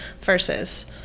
versus